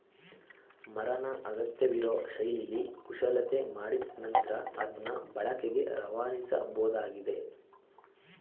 ಮರನ ಅಗತ್ಯವಿರೋ ಶೈಲಿಲಿ ಕುಶಲತೆ ಮಾಡಿದ್ ನಂತ್ರ ಅದ್ನ ಬಳಕೆಗೆ ರವಾನಿಸಬೋದಾಗಿದೆ